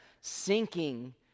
sinking